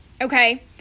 Okay